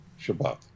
Shabbat